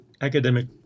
academic